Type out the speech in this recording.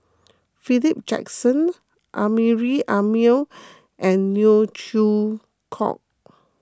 Philip Jackson Amrin Amin and Neo Chwee Kok